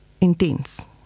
intense